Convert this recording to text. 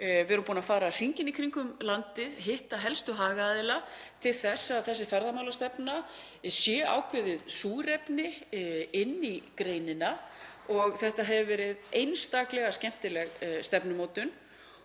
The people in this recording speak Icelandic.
Við erum búin að fara hringinn í kringum landið, hitta helstu hagaðila til þess að þessi ferðamálastefna verði ákveðið súrefni inn í greinina. Þetta hefur verið einstaklega skemmtileg stefnumótun.